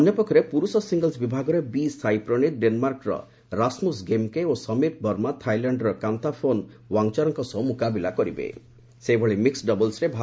ଅନ୍ୟପକ୍ଷରେ ପୁରୁଷ ସିଙ୍ଗିଲ୍ସ ବିଭାଗରେ ବିସାଇପ୍ରଣୀତ ଡେନ୍ମାର୍କର ରାସ୍ମୁସ୍ ଗେମ୍କେ ଏବଂ ସମୀର ବର୍ମା ଥାଇଲାଣ୍ଡର କାନ୍ତାଫୋନ୍ ୱାଙ୍ଗ୍ଚାରୋଏଙ୍ଗ୍ଙ୍କ ସହ ମୁକାବିଲା କରିବେ